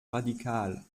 radikal